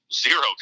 zero